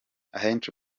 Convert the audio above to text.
ahenshi